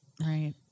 Right